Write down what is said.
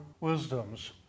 Wisdoms